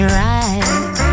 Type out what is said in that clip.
right